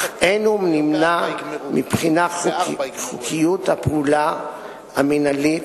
אך אין הוא נמנע מבחינת חוקיות הפעולה המינהלית,